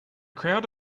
crowd